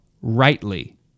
rightly